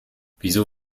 wieso